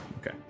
Okay